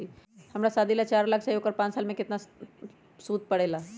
हमरा शादी ला चार लाख चाहि उकर पाँच साल मे सूद कितना परेला?